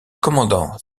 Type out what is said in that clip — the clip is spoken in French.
commandant